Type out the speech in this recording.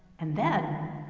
and then,